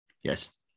Yes